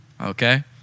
Okay